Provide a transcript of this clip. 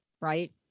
Right